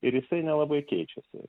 ir jisai nelabai keičiasi